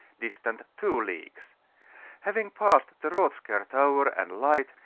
distant two leagues having passed the rothskar tower and light,